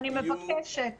אני מבקשת